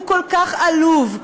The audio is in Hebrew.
הוא כל כך עלוב,